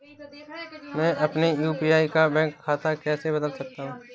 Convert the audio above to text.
मैं अपने यू.पी.आई का बैंक खाता कैसे बदल सकता हूँ?